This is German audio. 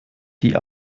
die